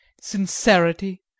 Sincerity